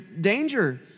danger